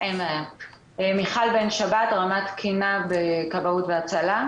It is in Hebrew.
רמ"ד תקינה בכבאות והצלה.